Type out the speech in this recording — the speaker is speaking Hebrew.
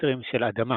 סנטימטרים של אדמה.